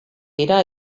dira